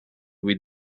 with